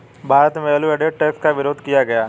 भारत में value added tax का विरोध किया गया